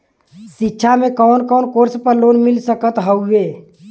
शिक्षा मे कवन कवन कोर्स पर लोन मिल सकत हउवे?